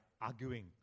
arguing